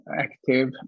active